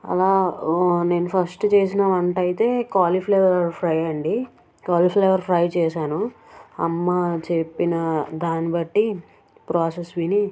అలా నేను ఫస్టు చేసిన వంటయితే కాలీఫ్లవర్ ఫ్రై అండి కాలీఫ్లవర్ ఫ్రై చేశాను అమ్మ చెప్పిన దాన్నిబట్టి ప్రొసెస్ విని